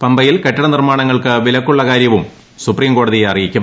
പമ്പയിൽ കെട്ടിട നിർമ്മാണങ്ങൾക്ക് വിലക്കുള്ള കാര്യവും സുപ്രീംകോടതിയെ അറിയിക്കും